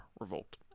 revolt